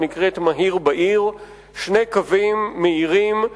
שנקראת "מהיר בעיר"; שני קווים מהירים: